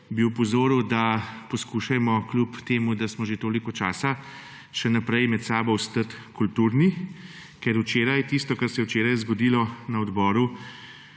bi opozoril, da poskušajmo kljub temu, da smo že toliko časa, še naprej med seboj ostati kulturni, ker včeraj, tisto kar se je včeraj zgodilo na odboru,